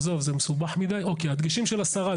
תתאזרי בסבלנות קצת.